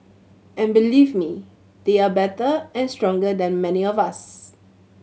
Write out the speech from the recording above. and believe me they are better and stronger than many of us